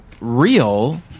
real